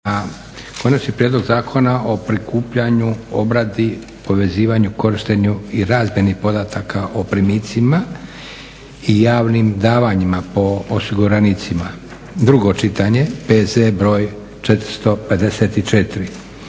Konačni prijedlog Zakona o prikupljanju, obradi, povezivanju, korištenju i razmjeni podataka o primicima i javnim davanjima po osiguranicima, drugo čitanje, P.Z. br. 454